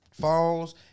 phones